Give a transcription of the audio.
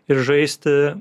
ir žaisti